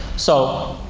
so,